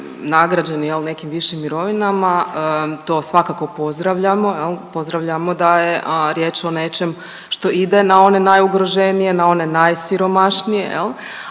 nagrađeni nekim višim mirovinama, to svakako pozdravljamo. Pozdravljamo da je riječ o nečem što ide na one najugroženije, na one najsiromašnije,